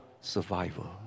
survival